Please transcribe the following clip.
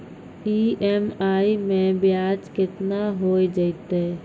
EMI मैं ब्याज केतना हो जयतै?